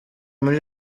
muri